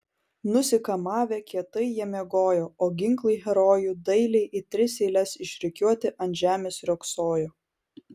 nusikamavę kietai jie miegojo o ginklai herojų dailiai į tris eiles išrikiuoti ant žemės riogsojo